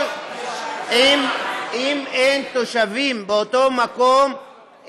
אם אין תושבים באותו מקום,